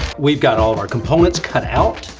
we got all our components cut out,